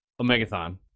Omegathon